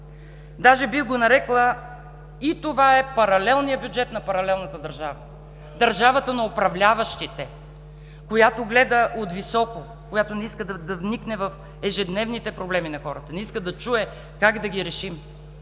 дори бих го нарекла: това е паралелният бюджет на паралелната държава – държавата на управляващите, която гледа отвисоко, която не иска да вникне в ежедневните проблеми на хората, не иска да чуе как да ги решим.